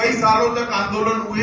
कई सालों तक आन्दोलन हुए